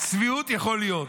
צביעות יכולה להיות.